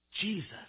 Jesus